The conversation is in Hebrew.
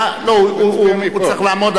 הוא ממשיך לעמוד,